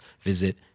visit